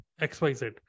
xyz